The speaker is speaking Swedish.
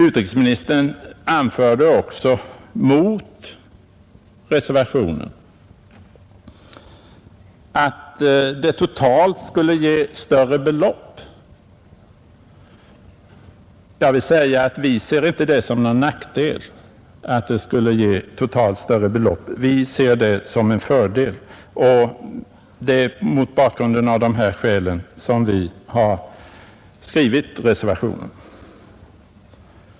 Utrikesministern anförde också mot reservationen att den totalt skulle innebära ett större sammanlagt belopp. Jag vill säga att vi inte ser det som någon nackdel utan som en fördel att den skulle ge totalt större belopp. Det är mot bakgrunden av dessa skäl som vi har skrivit reservationen.